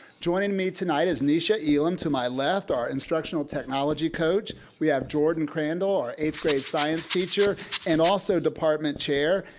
joining me tonight is netia elam to my left, our instructional technology coach, we have jordan crandall, our eighth grade science teacher and also department chair,